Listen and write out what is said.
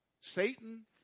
Satan